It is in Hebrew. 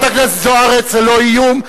זה איום?